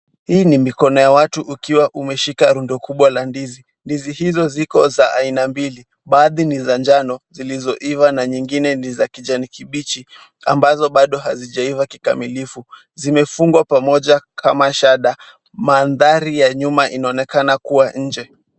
Hii ni mikono ya watu ukiwa umeshika rundo kubwa la ndizi, Ndizi hizo ziko za aina mbili, baadhi ni za njano, zilizoiva na nyingine ni za kijani kibichi, ambazo bado hazijaiva kikamilifu. Zimefungwa pamoja kama shada, maathari ya nyuma inaonekana kuwa nje.